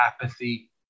apathy